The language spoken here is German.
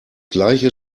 gleiche